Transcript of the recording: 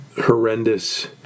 Horrendous